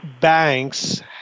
banks